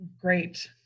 great